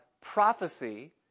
prophecy